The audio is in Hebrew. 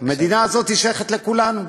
המדינה הזאת שייכת לכולנו.